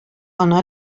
гына